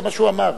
זה מה שהוא אמר.